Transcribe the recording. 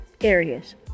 areas